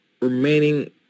remaining